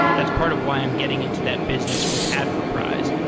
that's part of why i'm getting into that business with adforprize.